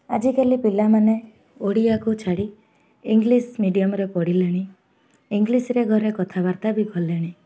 ଆଜିକାଲି ପିଲାମାନେ ଓଡ଼ିଆକୁ ଛାଡ଼ି ଇଂଲିଶ ମିଡ଼ିୟମରେ ପଢ଼ିଲେଣି ଇଂଲିଶରେ ଘରେ କଥାବାର୍ତ୍ତା ବି ଗଲେଣି